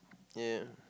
ya